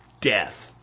death